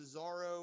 Cesaro